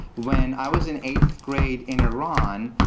when i was in eighth grade in iran,